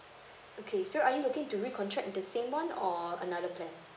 okay so are you looking to recontract the same one or another plan